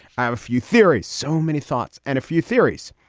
i have a few theories, so many thoughts and a few theories.